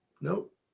Nope